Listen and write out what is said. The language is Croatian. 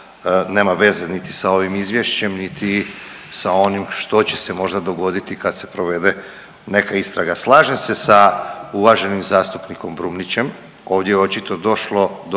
nema veze niti sa ovim izvješćem, niti sa onim što će se možda dogoditi kad se provede neka istraga. Slažem se sa uvaženim zastupnikom Brumnićem, ovdje je očito došlo do